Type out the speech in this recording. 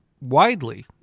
widely